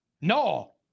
no